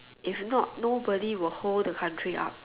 if not nobody will hold the country up